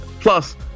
Plus